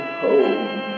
home